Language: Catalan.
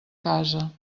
casa